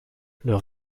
leurs